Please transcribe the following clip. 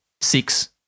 six